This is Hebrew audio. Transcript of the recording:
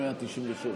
מפלגה דמוקרטית,